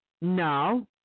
No